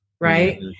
right